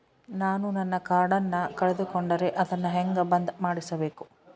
ನಾನು ನನ್ನ ಕಾರ್ಡನ್ನ ಕಳೆದುಕೊಂಡರೆ ಅದನ್ನ ಹೆಂಗ ಬಂದ್ ಮಾಡಿಸಬೇಕು?